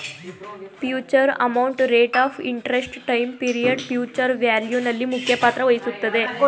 future amount, rate of interest, time period future value ನಲ್ಲಿ ಮುಖ್ಯ ಪಾತ್ರ ವಹಿಸುತ್ತದೆ